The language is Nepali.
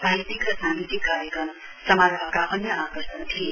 साहित्यिक र सांगीतिक कार्यक्रम समारोहका अन्य आकर्षण थिए